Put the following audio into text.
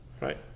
Right